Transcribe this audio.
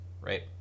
right